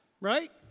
right